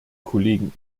kollegen